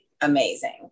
amazing